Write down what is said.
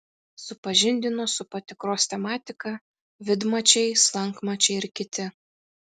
supažindino su patikros tematika vidmačiai slankmačiai ir kiti